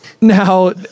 Now